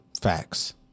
Facts